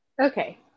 Okay